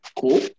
Cool